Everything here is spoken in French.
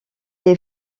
est